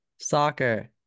Soccer